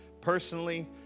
personally